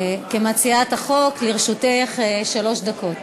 כמציעת החוק, לרשותך שלוש דקות.